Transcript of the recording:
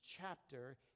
chapter